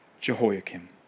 Jehoiakim